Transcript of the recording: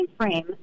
frame